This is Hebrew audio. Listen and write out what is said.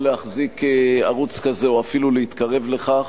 להחזיק ערוץ כזה או אפילו להתקרב לכך,